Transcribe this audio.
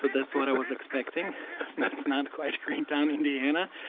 but that's what i was expecting that's not quite greentown, indiana.